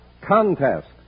Contest